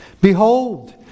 Behold